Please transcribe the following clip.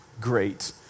great